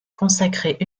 consacré